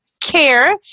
care